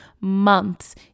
months